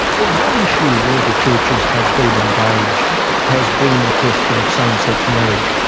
well, one issue where the churches have been engaged has been the question of same-sex marriage.